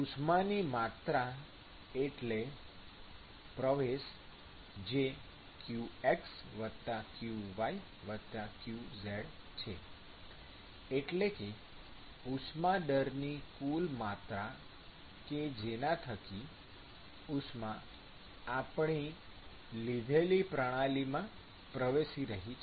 ઉષ્માની માત્રા એટલે પ્રવેશ જે qx qy qz છે એટલે કે ઉષ્મા દરની કુલ માત્રા કે જેના થકી ઉષ્મા આપણી લીધેલી પ્રણાલીમાં પ્રવેશી રહી છે